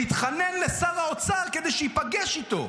להתחנן לשר האוצר כדי שייפגש איתו.